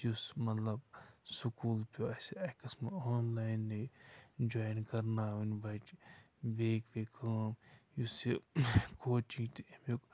یُس مطلب سکوٗل پیوٚو اَسہِ اَکہِ قٕسمہٕ آنلاینٕے جایِن کَرناوٕنۍ بَچہٕ بیٚیہِ گٔے کٲم یُس یہِ کوچی تہِ اَمیُک